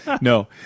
No